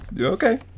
Okay